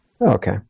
Okay